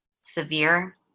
severe